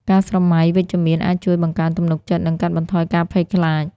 ការស្រមៃវិជ្ជមានអាចជួយបង្កើនទំនុកចិត្ត និងកាត់បន្ថយការភ័យខ្លាច។